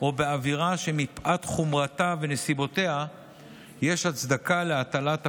או בעבירה שמפאת חומרתה ונסיבותיה יש הצדקה להטלת הפיקוח,